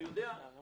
אני יודע את